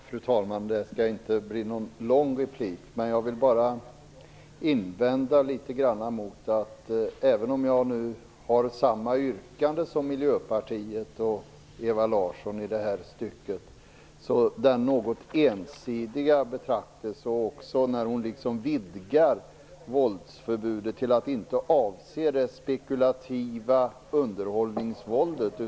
Fru talman! Även om jag har samma yrkande som Miljöpartiet och Ewa Larsson i detta stycke vill jag invända mot den något ensidiga betraktelsen och det Ewa Larsson säger när hon vidgar förbudet till att avse mer än det spekulativa underhållningsvåldet.